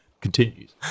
continues